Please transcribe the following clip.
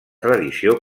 tradició